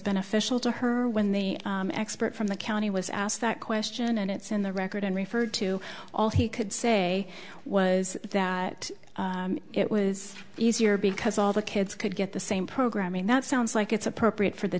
beneficial to her when the expert from the county was asked that question and it's in the record and referred to all he could say was that it was easier because all the kids could get the same programming that sounds like it's appropriate for the